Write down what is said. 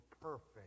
perfect